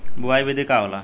बुआई विधि का होला?